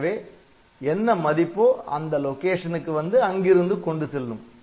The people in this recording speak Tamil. எனவே என்ன மதிப்போ அந்த லொகேஷன் க்கு வந்து அங்கிருந்து கொண்டு செல்லும்